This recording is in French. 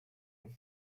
long